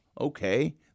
Okay